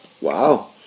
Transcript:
Wow